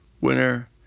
winner